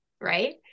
Right